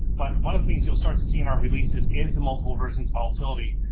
but one of the things you'll start to see in our releases is the multiple versions volatility,